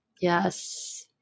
Yes